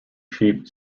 sheep